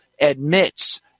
admits